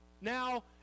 Now